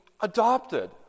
adopted